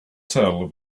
tell